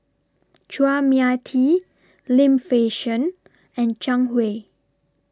Chua Mia Tee Lim Fei Shen and Zhang Hui